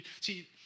See